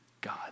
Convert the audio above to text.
God